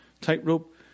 tightrope